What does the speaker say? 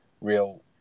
real